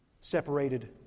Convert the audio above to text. separated